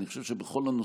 אני חושב שבכל הנושאים,